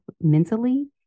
mentally